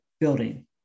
building